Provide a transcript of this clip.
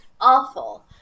awful